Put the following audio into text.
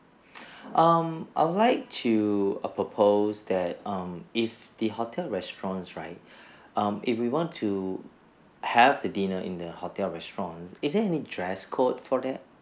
um I would like to propose that um if the hotel restaurants right um if we want to have the dinner in the hotel restaurants is there any dress code for that